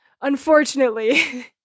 unfortunately